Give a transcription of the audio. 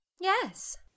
Yes